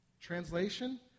Translation